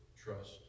trust